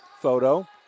Photo